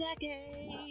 decade